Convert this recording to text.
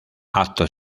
acto